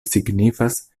signifas